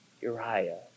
Uriah